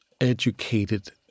educated